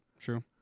true